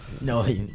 No